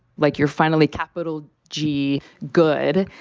like you're finally capital g. good.